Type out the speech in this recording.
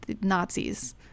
Nazis